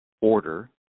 order